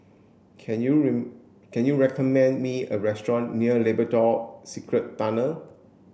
can you recommend me a restaurant near Labrador Secret Tunnels